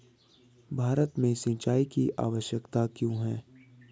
भारत में सिंचाई की आवश्यकता क्यों है?